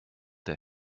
der